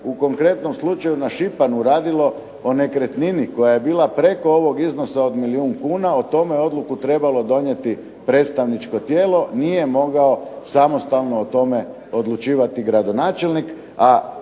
u konkretnom slučaju na Šipanu radilo o nekretnini koja je bila preko ovog iznosa od milijun kuna o tome je odluku trebalo donijeti predstavničko tijelo nije mogao samostalno o tome odlučivati gradonačelnik,